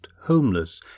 homeless